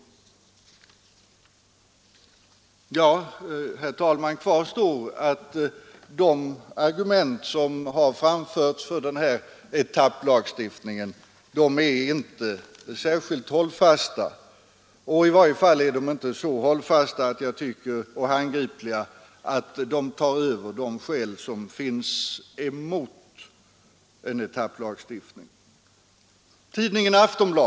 Kvar står emellertid att de argument som framförts för denna etapplagstiftning inte är särskilt hållbara. I varje fall är de inte så hållfasta och handgripliga att de tar över de skäl som kan anföras mot lagstiftningen.